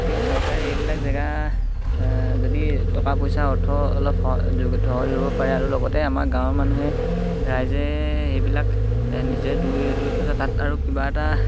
কিয় চৰকাৰে এইবিলাক জেগা যদি টকা পইচা অৰ্থ অলপ ধৰিব পাৰে আৰু লগতে আমাৰ গাঁৱৰ মানুহে ৰাইজে সেইবিলাক নিজে দুই দুই পইচা তাত আৰু কিবা এটা